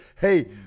hey